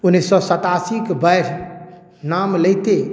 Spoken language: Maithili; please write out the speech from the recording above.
उन्नैस सए सतासीके बाढ़ि नाम लैते